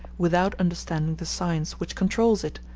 without understanding the science which controls it,